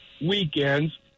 weekends